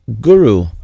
guru